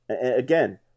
again